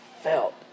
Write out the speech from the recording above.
felt